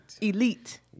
Elite